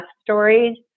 stories